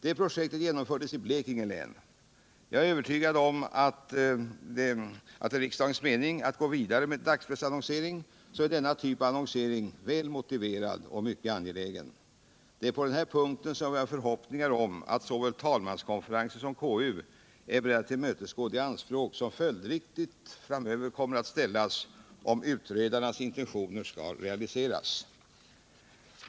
Detta projekt genomfördes i Blekinge län, och jag är övertygad om att ifall det är riksdagens mening att gå vidare med dagspressannonsering, så är denna typ av annonsering väl motiverad och mycket angelägen. Det är på den här punkten som jag har förhoppningar om att såväl talmanskonferensen som konstitutionsutskottet är beredda att tillmötesgå de anspråk som följdriktigt framöver kommer att ställas, om utredarnas intentioner skall realiseras.